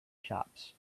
shops